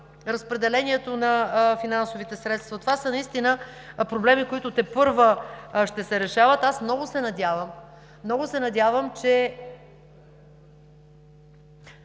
Разпределението на финансовите средства – това са наистина проблеми, които тепърва ще се решават. Аз много се надявам, че от 1 септември,